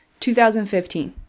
2015